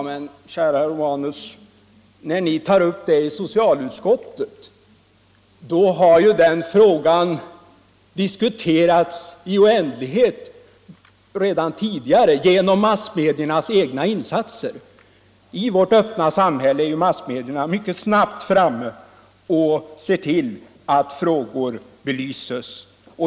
Men, käre herr Romanus, när ni tar upp den frågan i socialutskottet har den ju redan tidigare diskuterats i oändlighet genom massmediernas egna insatser. I vårt öppna samhälle är massmedierna snabbt framme och ser till att frågor belyses.